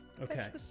Okay